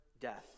death